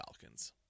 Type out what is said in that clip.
Falcons